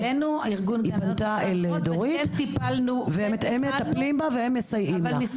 היא פנתה לדורית, הם מטפלים בה, והם מסייעים לה.